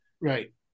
right